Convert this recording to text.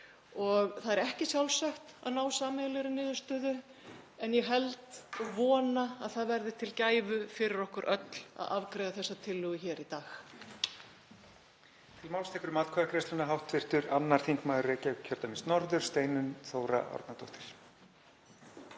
Það er ekki sjálfsagt að ná sameiginlegri niðurstöðu en ég held og vona að það verði til gæfu fyrir okkur öll að afgreiða þessa tillögu hér í dag.